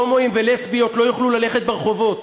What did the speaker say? הומואים ולסביות לא יוכלו ללכת ברחובות?